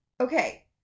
okay